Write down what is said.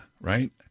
right